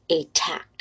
attack